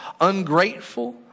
ungrateful